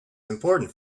important